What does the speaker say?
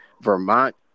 vermont